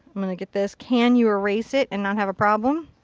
i'm going to get this, can you erase it and not have a problem.